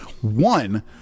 One